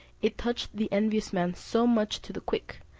it touched the envious man so much to the quick,